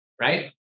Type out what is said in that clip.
right